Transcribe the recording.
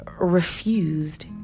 refused